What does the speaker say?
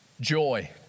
Joy